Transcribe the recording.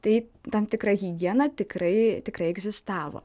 tai tam tikra higiena tikrai tikrai egzistavo